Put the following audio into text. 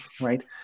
right